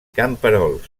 camperols